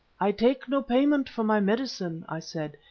i take no payment for my medicine i said.